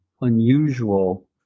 unusual